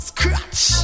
Scratch